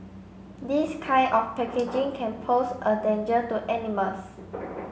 this kind of packaging can pose a danger to animals